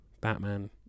Batman